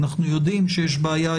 אנחנו יודעים שיש בעיה,